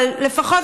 אבל לפחות,